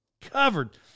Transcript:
covered